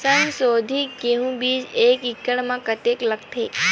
संसोधित गेहूं बीज एक एकड़ म कतेकन लगथे?